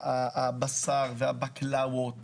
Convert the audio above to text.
הבשר והבקלוות